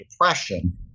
depression